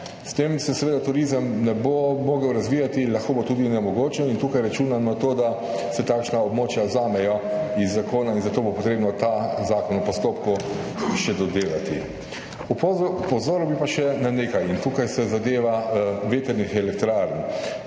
S tem se seveda turizem ne bo mogel razvijati, lahko bo tudi onemogočen, in tukaj računam na to, da se takšna območja vzamejo iz zakona in zato bo treba ta zakon v postopku še dodelati. Opozoril bi pa še na nekaj, kar zadeva vetrne elektrarne.